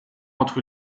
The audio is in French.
entre